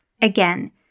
Again